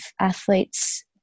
athletes